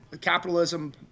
capitalism